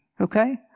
okay